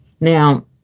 Now